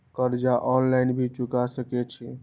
कर्जा ऑनलाइन भी चुका सके छी?